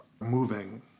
moving